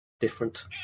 different